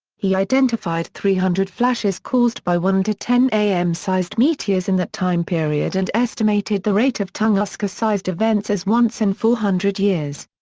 he identified three hundred flashes caused by one to ten m sized meteors in that time period and estimated the rate of tunguska-sized events as once in four hundred years.